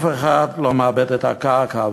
אף אחד לא מעבד את הקרקע,